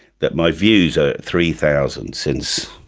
that my views are three thousand since,